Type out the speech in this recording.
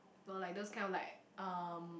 or like those kind of like um